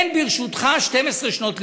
אין ברשותך 12 שנות לימוד.